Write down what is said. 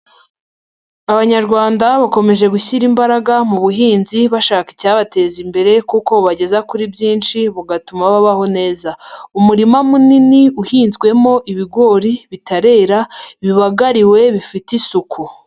Abanyarwanda bakomeje gushyira imbaraga mu buhinzi bashaka icyabateza imbere kuko bubageza kuri byinshi bugatuma babaho neza, umurima munini uhinzwemo ibigori bitarera bibagariwe bifite isuku.